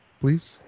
please